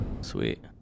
Sweet